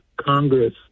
Congress